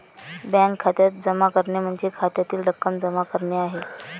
bank खात्यात जमा करणे म्हणजे खात्यातील रक्कम जमा करणे आहे